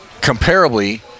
comparably